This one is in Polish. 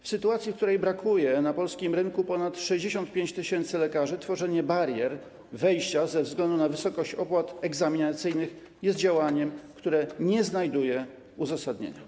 W sytuacji, w której brakuje na polskim rynku ponad 65 tys. lekarzy, tworzenie barier wejścia ze względu na wysokość opłat egzaminacyjnych jest działaniem, które nie znajduje uzasadnienia.